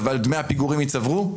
אבל דמי הפיגורים ייצברו?